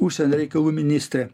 užsienio reikalų ministrė